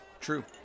true